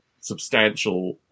substantial